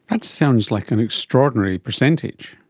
but sounds like an extraordinary percentage.